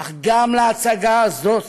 אך גם להצגה הזאת